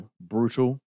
brutal